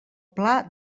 pla